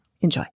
Enjoy